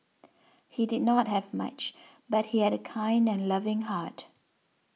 he did not have much but he had a kind and loving heart